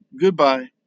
Goodbye